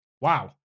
wow